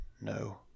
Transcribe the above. No